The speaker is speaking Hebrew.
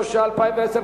התש"ע 2010,